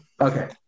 Okay